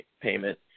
payment